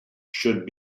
should